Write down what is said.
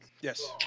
Yes